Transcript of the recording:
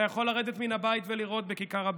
אתה יכול לרדת מן הבית ולראות בכיכר הבימה,